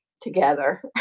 together